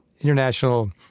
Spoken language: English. international